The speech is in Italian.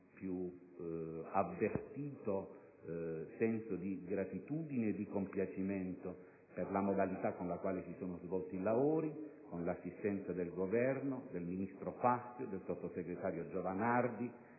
più avvertito senso di gratitudine e di compiacimento per la modalità con la quale si sono svolti i lavori, con l'assistenza del Governo, del ministro Fazio, del sottosegretario Giovanardi,